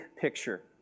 picture